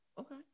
Okay